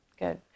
Good